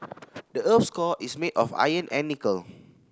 the earth's core is made of iron and nickel